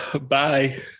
bye